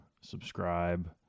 subscribe